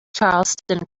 charleston